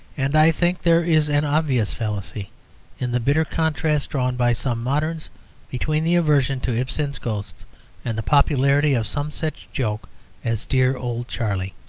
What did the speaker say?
and i think there is an obvious fallacy in the bitter contrasts drawn by some moderns between the aversion to ibsen's ghosts and the popularity of some such joke as dear old charlie.